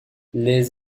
les